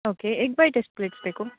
okay egg bite ಎಷ್ಟು plates ಬೇಕು